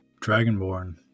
dragonborn